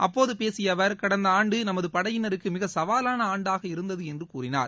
அப்போது பேசிய அவர் கடந்த ஆண்டு நமது படையினருக்கு மிக சவாலான ஆண்டாக இருந்தது என்று கூறினார்